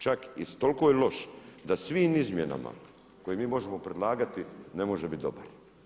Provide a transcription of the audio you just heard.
Čak toliko je loš da svim izmjenama koje mi možemo predlagati ne može biti dobar.